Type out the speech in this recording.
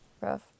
Rough